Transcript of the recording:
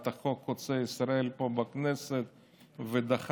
הוביל את חוק חוצה ישראל פה בכנסת ודחף.